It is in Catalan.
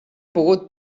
pogut